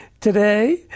today